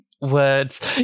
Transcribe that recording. Words